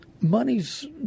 money's